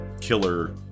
killer